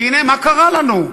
כי הנה, מה קרה לנו?